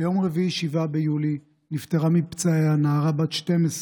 ביום רביעי, 7 ביולי, נפטרה מפצעיה נערה בת 12,